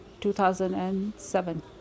2007